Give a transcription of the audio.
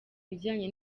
bijyanye